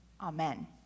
amen